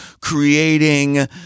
creating